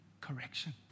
correction